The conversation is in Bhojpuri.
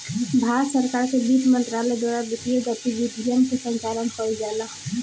भारत सरकार के बित्त मंत्रालय द्वारा वित्तीय गतिविधियन के संचालन कईल जाला